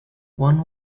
one